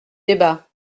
débats